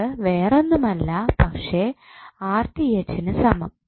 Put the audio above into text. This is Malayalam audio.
അത് വേറൊന്നുമല്ല പക്ഷെ നു സമം